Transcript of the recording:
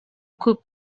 күп